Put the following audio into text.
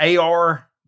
AR